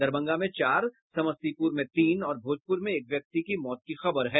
दरभंगा में चार समस्तीपुर में तीन और भोजपुर में एक व्यक्ति की मौत की खबर है